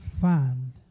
find